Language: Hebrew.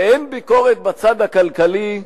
ואין ביקורת בצד הכלכלי,